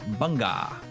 Bunga